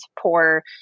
poor